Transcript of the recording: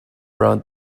around